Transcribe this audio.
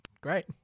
Great